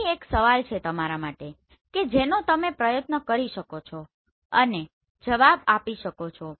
અહી તમારા માટે એક સવાલ છે કે જેનો તમે પ્રયત્ન કરી શકો છો અને જવાબ આપી શકો છો